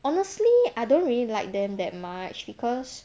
honestly I don't really like them that much because